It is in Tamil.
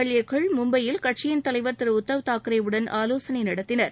எல்ஏக்கள் மும்பையில் கட்சியின் தலைவர் திரு உத்தவ் தாக்கரேவுடன் ஆலோசனை நடத்தினார்கள்